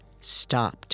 stopped